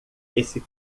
esse